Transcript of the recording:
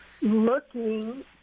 looking